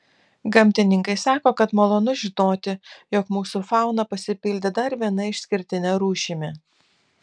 gamtininkai sako kad malonu žinoti jog mūsų fauna pasipildė dar viena išskirtine rūšimi